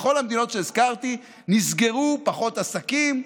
בכל המדינות שהזכרתי נסגרו פחות עסקים,